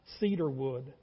cedarwood